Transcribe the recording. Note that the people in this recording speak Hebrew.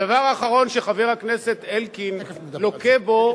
הדבר האחרון שחבר הכנסת אלקין לוקה בו,